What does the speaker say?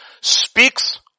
speaks